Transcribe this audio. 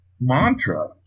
mantra